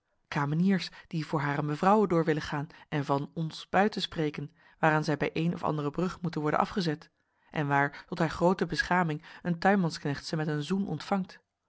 kameniers die voor hare mevrouwen door willen gaan en van ons buiten spreken waaraan zij bij een of andere brug moeten worden afgezet en waar tot haar groote beschaming een tuinmansknecht ze met een zoen ontvangt